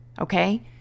okay